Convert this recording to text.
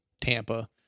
Tampa